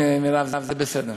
הנה, מרב, זה בסדר.